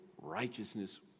righteousness